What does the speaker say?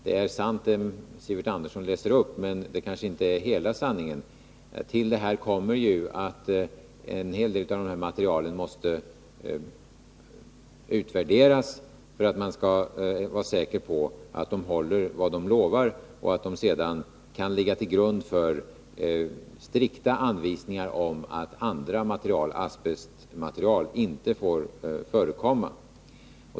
Det är sant det som Sivert Andersson här läser upp, men det är kanske inte hela sanningen. Till detta kommer ju att en hel del av dessa material måste utvärderas för att man skall vara säker på att de håller vad man lovar och att de sedan kan ligga till grund för strikta anvisningar om att andra asbestmaterial inte får förekomma.